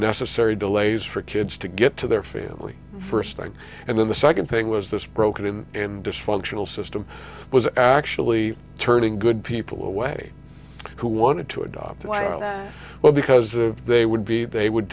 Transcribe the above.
necessary delays for kids to get to their family first and then the second thing was this broken in and dysfunctional system was actually turning good people away who wanted to adopt a child well because they would be they would